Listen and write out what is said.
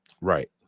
Right